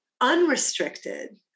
unrestricted